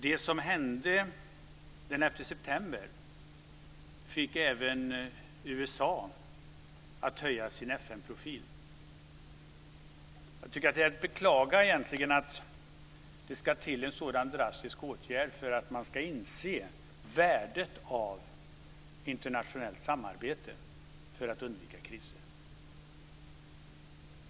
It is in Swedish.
Det som hände den 11 september fick även USA att höja sin FN-profil. Jag tycker att det egentligen är att beklaga att det ska till en sådan drastisk händelse för att man ska inse värdet av internationellt samarbete för att undvika kriser.